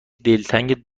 دلتنگ